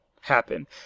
happen